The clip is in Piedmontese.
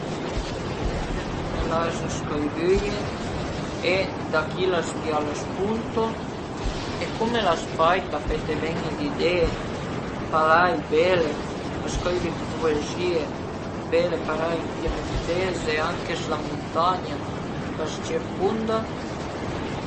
La coza pi strana ch'a sia mai capitame al e cuandi 'na matin su arivà a scola e l'ai truvà i cavi dël cumputer trancià e pöi l'ai truvà la tastiera tüta dëzmuntà e rimuntà sbaià e cuindi l'ai pa pudü andé avanti c'la giurnà li